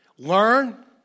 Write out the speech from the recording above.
Learn